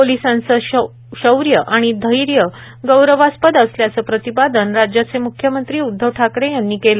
पोलिसांचे शौर्य आणि धर्य गौरवास्पद असल्याचे प्रतिपादन राज्याचे मुख्यमंत्री उद्धव ठाकरे यांनी केले